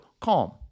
CALM